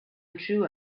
true